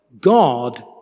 God